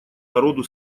народу